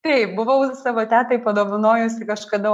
taip buvau savo tetai padovanojusi kažkada